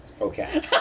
Okay